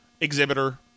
exhibitor